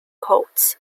colts